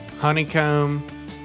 honeycomb